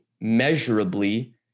measurably